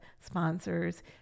sponsors